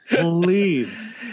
please